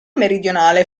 meridionale